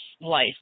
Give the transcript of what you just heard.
life